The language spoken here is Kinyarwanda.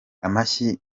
amashyi